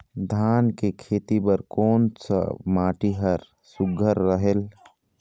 धान के खेती बर कोन सा माटी हर सुघ्घर रहेल?